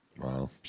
Wow